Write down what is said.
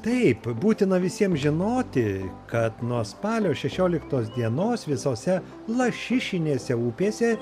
taip būtina visiem žinoti kad nuo spalio šešioliktos dienos visose lašišinėse upėse